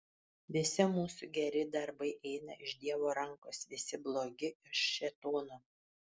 visi mūsų geri darbai eina iš dievo rankos visi blogi iš šėtono